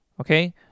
Okay